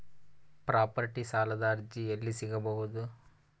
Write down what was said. Property ಸಾಲದ ಅರ್ಜಿ ಎಲ್ಲಿ ಸಿಗಬಹುದು?